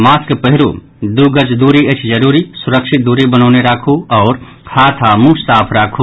mask पहिरू दू गज दूरी अछि जरूरी सुरक्षित दूरी बनौने राखू हाथ आओर मुंह साफ राखू